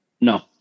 No